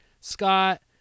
Scott